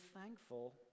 thankful